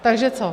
Takže co?